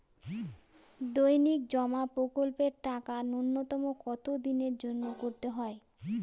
দৈনিক জমা প্রকল্পের টাকা নূন্যতম কত দিনের জন্য করতে হয়?